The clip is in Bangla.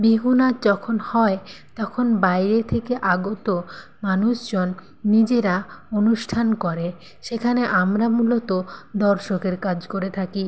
বিহু নাচ যখন হয় তখন বাইরে থেকে আগত মানুষজন নিজেরা অনুষ্ঠান করে সেখানে আমরা মূলত দর্শকের কাজ করে থাকি